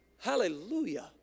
Hallelujah